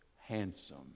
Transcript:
handsome